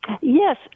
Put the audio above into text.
Yes